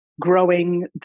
growing